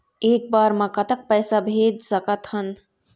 एक बार मे कतक पैसा भेज सकत हन?